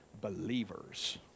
believers